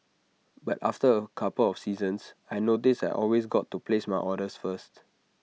but after A couple of seasons I noticed I always got to place my orders first